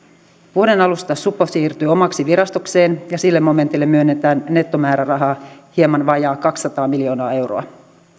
vuoden alusta supo siirtyy omaksi virastokseen ja sille momentille myönnetään nettomäärärahaa hieman vajaa kaksikymmentä miljoonaa euroa